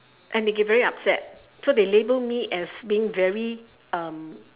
and they get very upset so they label me as being very um